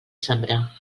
sembrar